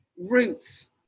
roots